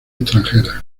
extranjeras